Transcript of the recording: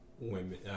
women